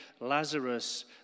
Lazarus